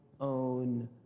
own